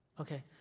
Okay